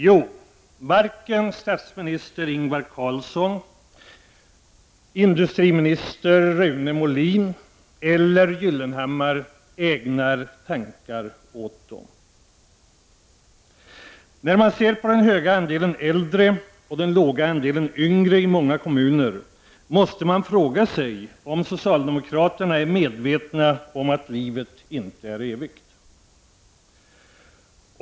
Jo, varken statsminister Ingvar Carlsson, industriminister Rune Molin eller Gyllenhammar ägnar några tankar åt dem! När man ser på den höga andelen äldre och den låga andelen yngre invånare i många kommuner måste man fråga sig om socialdemokraterna är medvetna om att livet inte är evigt?